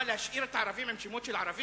מה, להשאיר את הערבים עם שמות של ערבים?